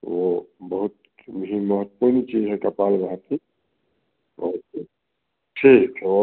वह बहुत ही महत्वपूर्ण चीज़ है कपालभाति बहुत ही ठीक है ओह